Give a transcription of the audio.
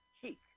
cheek